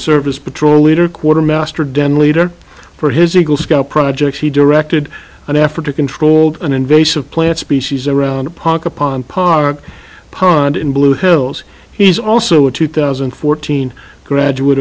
service patrol leader quartermaster den leader for his eagle scout project he directed an effort to controlled an invasive plants species around the park upon park pond in blue hills he's also a two thousand and fourteen graduate